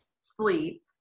sleep